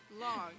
long